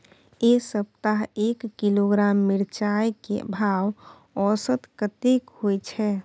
ऐ सप्ताह एक किलोग्राम मिर्चाय के भाव औसत कतेक होय छै?